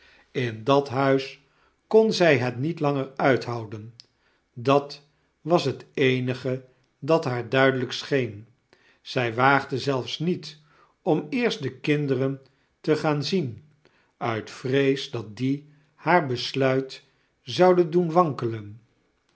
in dat huis kon zy het niet langer uithouden dat was het eenige dat haar duidelyk scheen zij waagde zelfs niet om eerst de kinderen te gaan zien uit vrees dat die haar besluit zouden doen wankelen